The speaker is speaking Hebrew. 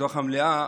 בתוך המליאה,